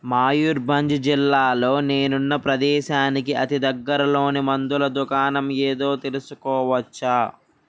మయూర్భంజ్ జిల్లాలో నేనున్న ప్రదేశానికి అతిదగ్గరలోని మందుల దుకాణం ఏదో తెలుసుకోవచ్చా